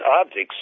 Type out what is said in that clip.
objects